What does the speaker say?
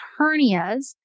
hernias